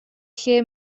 lle